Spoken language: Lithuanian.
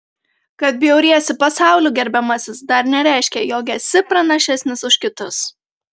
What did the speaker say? kad bjauriesi pasauliu gerbiamasis dar nereiškia jog esi pranašesnis už kitus